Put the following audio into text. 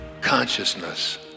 consciousness